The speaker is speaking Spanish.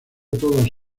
todas